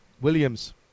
Williams